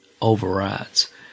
overrides